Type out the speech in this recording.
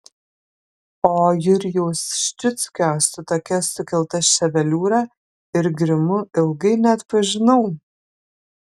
o jurijaus ščiuckio su tokia sukelta ševeliūra ir grimu ilgai neatpažinau